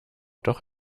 doch